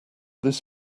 this